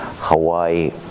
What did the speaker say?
Hawaii